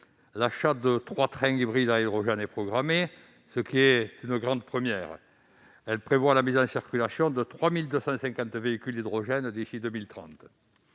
L'achat de trois trains hybrides à hydrogène est programmé, ce qui est une grande première. La région prévoit aussi la mise en circulation de 3 250 véhicules à hydrogène d'ici à 2030.